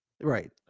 Right